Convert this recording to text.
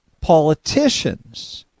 politicians